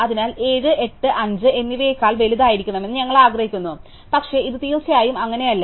അതിനാൽ 7 8 5 എന്നിവയേക്കാൾ വലുതായിരിക്കണമെന്ന് ഞങ്ങൾ ആഗ്രഹിക്കുന്നു പക്ഷേ ഇത് തീർച്ചയായും അങ്ങനെയല്ല